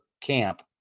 camp